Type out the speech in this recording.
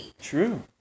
true